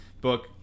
book